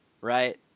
right